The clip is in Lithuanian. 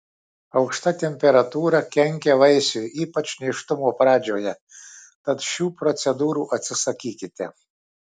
aukšta temperatūra kenkia vaisiui ypač nėštumo pradžioje tad šių procedūrų atsisakykite